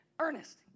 Ernest